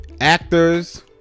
actors